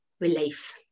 relief